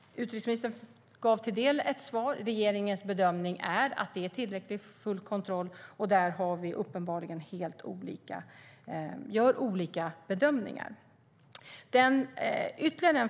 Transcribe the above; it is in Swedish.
Utrikesministern gav till svar att regeringens bedömning är att kontrollen är fullt tillräcklig. Här gör vi uppenbart helt olika bedömningar.